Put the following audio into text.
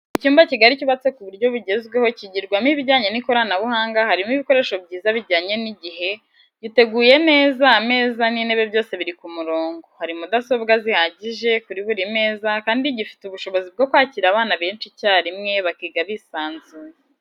Icyumba kigari cyubatse ku buryo bwugezweho kigirwamo ibijyanye n'ikoranabuhanga harimo ibikoresho byiza bijyanye n'igihe, giteguye neza ameza n'intebe byose biri ku murongo ,hari mudasobwa zihagije kuri buri meza kandi gifite ubushobozi bwo kwakira abana benshi icyarimwe bakiga bisanzuye.